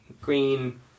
green